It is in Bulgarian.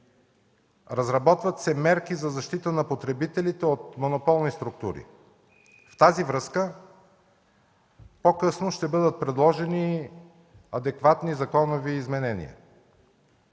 Разработват се мерки за защита на потребителите от монополни структури. Във връзка с това по-късно ще бъдат предложени адекватни законови изменения.